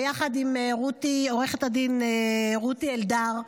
יחד עם עו"ד רותי אלדר,